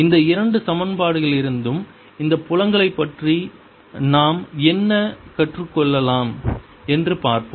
இந்த இரண்டு சமன்பாடுகளிலிருந்தும் இந்த புலங்களைப் பற்றி நாம் என்ன கற்றுக்கொள்ளலாம் என்று பார்ப்போம்